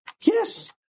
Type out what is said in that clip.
Yes